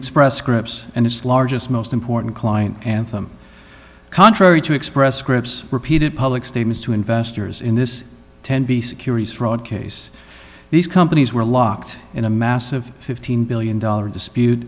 express scripts and its largest most important client anthem contrary to express scripts repeated public statements to investors in this ten b securities fraud case these companies were locked in a massive fifteen billion dollars dispute